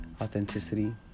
authenticity